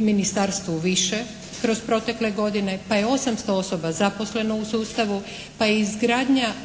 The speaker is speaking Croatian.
Ministarstvu više kroz protekle godine, pa je 800 osoba zaposleno u sustavu, pa je izgradnja